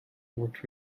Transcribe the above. worked